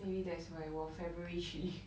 maybe that's why 我 february 去